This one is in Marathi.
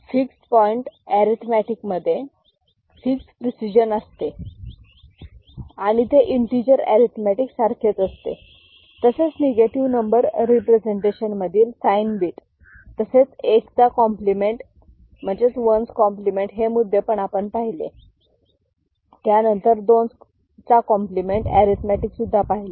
फिक्स पॉईंट अरिथमॅटिक मध्ये फिक्स प्रिसिजन असते आणि ते इन्टिजर अरिथमॅटिक सारखेच असते तसेच निगेटिव्ह नंबर रिप्रेझेंटेशन मधील सायन बीट तसेच एकचा कॉम्प्लिमेंट हे मुद्दे पण आपण पाहिले त्यानंतर 2s complement arithmetic 2s compliment arithmetic सुद्धा पाहिले